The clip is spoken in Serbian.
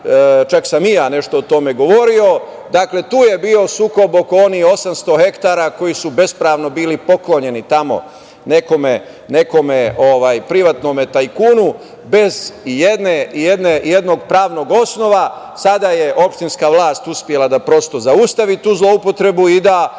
čak sam i ja o tome nešto govorio, tu je bio sukob oko onih 800 hektara koji su bespravno bili poklonjeni nekom privatnom tajkunu, bez ijednog pravnog osnova. Sada je opštinska vlast uspela da zaustavi tu zloupotrebu i da